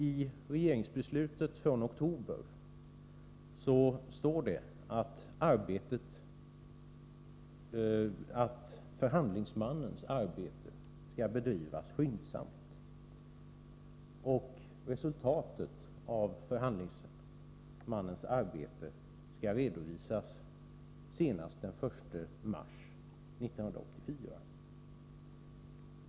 I regeringsbeslutet från oktober står det att förhandlingsmannens arbete skall bedrivas skyndsamt och att resultatet av arbetet skall redovisas senast den 1 mars 1984.